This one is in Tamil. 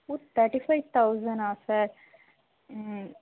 ஓ தேர்ட்டி ஃபைவ் தொளசண்ட்னா சார்